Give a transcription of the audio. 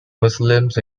muslims